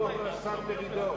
כמו השר מרידור,